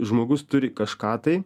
žmogus turi kažką tai